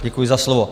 Děkuji za slovo.